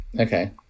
okay